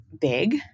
big